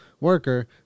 worker